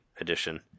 edition